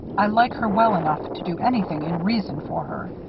i like her well enough to do anything in reason for her.